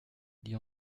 dit